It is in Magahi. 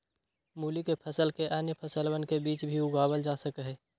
मूली के फसल के अन्य फसलवन के बीच भी उगावल जा सका हई